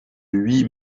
huit